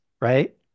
right